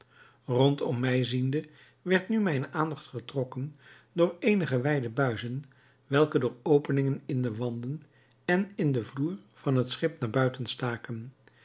rondom mij ziende werd nu mijne aandacht getrokken door eenige wijde buizen welke door openingen in de wanden en in den vloer van het schip naar buiten staken